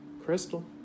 Crystal